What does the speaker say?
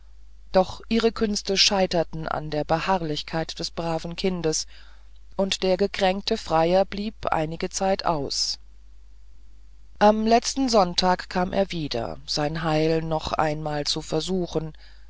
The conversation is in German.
doch ihre künste scheiterten an der beharrlichkeit des braven kindes und der gekränkte freier blieb einige zeit aus am letzten sonntag kam er wieder sein heil noch einmal zu versuchen